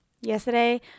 Yesterday